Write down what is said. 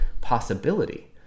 possibility